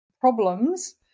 problems